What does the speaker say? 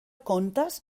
contes